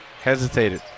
hesitated